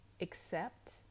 accept